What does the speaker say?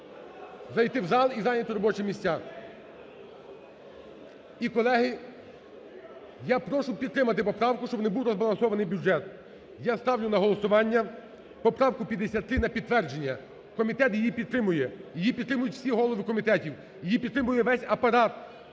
зайти в зал і зайняти робочі місця. І, колеги, я прошу підтримати поправку, щоб не був розбалансований бюджет. Я ставлю на голосування поправку 53 на підтвердження. Комітет її підтримує, її підтримують всі голови комітетів, її підтримує весь апарат,